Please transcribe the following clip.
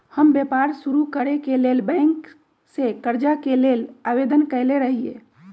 हम व्यापार शुरू करेके लेल बैंक से करजा के लेल आवेदन कयले रहिये